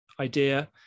idea